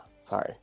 sorry